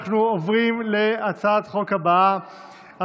אנחנו עוברים להצעת החוק הבאה,